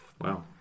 Wow